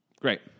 Great